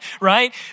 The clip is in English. right